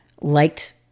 liked